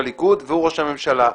בליכוד והוא ראש הממשלה.